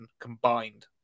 combined